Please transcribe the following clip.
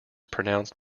pronounced